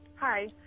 Hi